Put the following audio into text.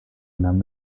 nahm